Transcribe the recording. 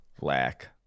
lack